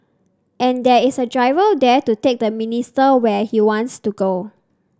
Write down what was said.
and there is a driver there to take the minister where he wants to go